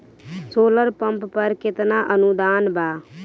Solar pump पर केतना अनुदान बा?